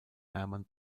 hermann